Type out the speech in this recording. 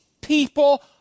people